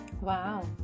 Wow